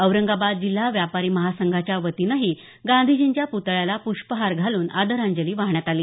औरंगाबाद जिल्हा व्यापारी महासंघाच्या वतीनंही गांधीजींच्या पुतळ्याला पुष्पहार घालून आदरांजली वाहण्यात आली